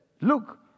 look